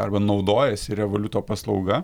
arba naudojasi revoliuto paslauga